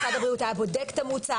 משרד הבריאות היה בודק את המוצר,